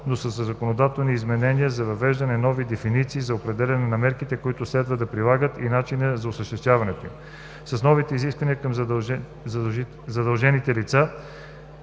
но със законодателните изменения се въвеждат нови дефиниции за определяне на мерките, които следва да прилагат, и начините за осъществяването им. С новите изисквания към задължените лица